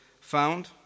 found